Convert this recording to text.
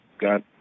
got